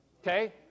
Okay